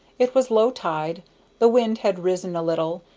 it was low tide the wind had risen a little,